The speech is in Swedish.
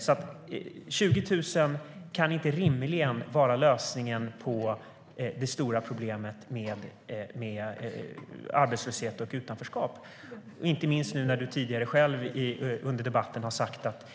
Så 20 000 traineejobb kan rimligen inte vara lösningen på det stora problemet med arbetslöshet och utanförskap, inte minst med tanke på att du själv under debatten har svängt och sagt att